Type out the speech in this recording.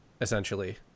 essentially